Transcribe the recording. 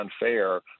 unfair